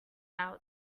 out